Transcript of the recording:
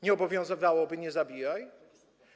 Nie obowiązywałoby: nie zabijaj?